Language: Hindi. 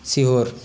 सीहोर